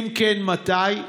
2. אם כן, מתי?